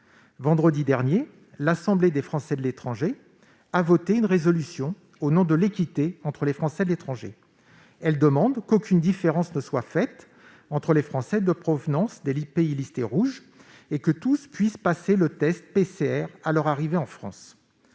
Vendredi dernier, l'Assemblée des Français de l'étranger a voté une résolution au nom de l'équité entre ces derniers : elle demande qu'aucune différence ne soit faite entre les Français en provenance des pays listés rouges et que tous puissent passer le test PCR à leur arrivée en France.